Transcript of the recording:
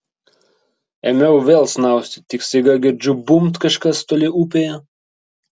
ėmiau vėl snausti tik staiga girdžiu bumbt kažkas toli upėje